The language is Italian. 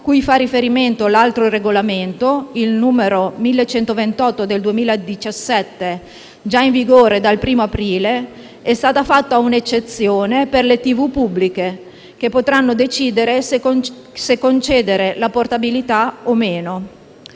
cui fa riferimento l'altro regolamento, il n. 1128 del 2017, già in vigore dal 1° aprile, è stata fatta un'eccezione per le reti televisive pubbliche, che potranno decidere se concedere la portabilità o meno.